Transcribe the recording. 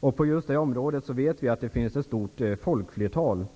Vi vet att ett folkflertal